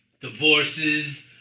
Divorces